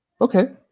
Okay